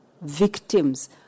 victims